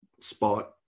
spot